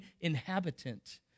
inhabitant